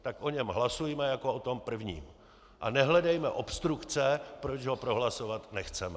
Tak o něm hlasujme jako o tom prvním a nehledejme obstrukce, proč ho prohlasovat nechceme.